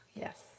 Yes